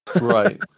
Right